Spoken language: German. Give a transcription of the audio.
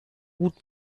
gut